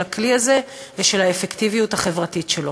של הכלי הזה ושל האפקטיביות החברתית שלו.